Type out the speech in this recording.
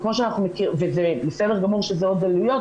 וזה בסדר גמור שזה עוד עלויות,